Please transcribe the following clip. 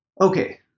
Okay